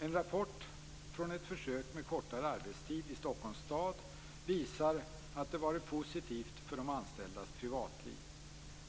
En rapport från ett försök med kortare arbetstid i Stockholms stad visar att det varit positivt för de anställdas privatliv.